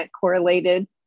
correlated